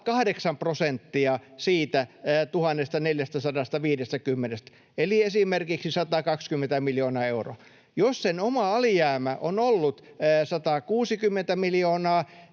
siitä 1 450:stä — eli esimerkiksi 120 miljoonaa euroa. Jos sen oma alijäämä on ollut 160 miljoonaa,